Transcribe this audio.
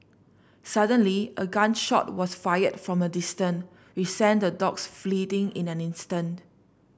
suddenly a gun shot was fired from a distance which sent the dogs fleeing in an instant